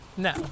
No